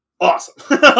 awesome